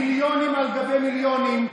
מיליונים על גבי מיליונים.